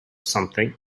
something